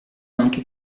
anche